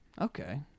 Okay